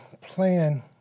plan